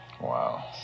wow